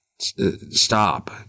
Stop